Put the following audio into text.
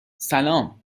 سلام